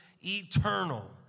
eternal